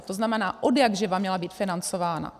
To znamená, odjakživa měla být financována.